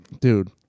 dude